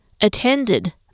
attended